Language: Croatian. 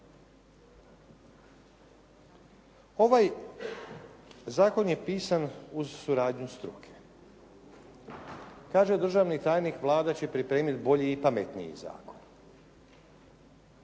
Ovaj zakon je pisan uz suradnju struke. Kaže državni tajnik: «Vlada će pripremiti bolji i pametniji zakon.»